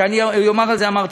שאמרתי